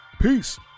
Peace